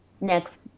Next